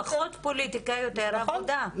פחות פוליטיקה, יותר עבודה.